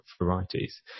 varieties